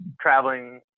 traveling